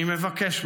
אני מבקש,